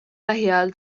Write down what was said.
lähiajal